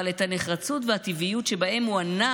אבל את הנחרצות והטבעיות שבהן הוא ענה